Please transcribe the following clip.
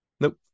Nope